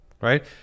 right